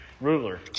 ruler